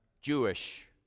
Jewish